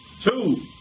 Two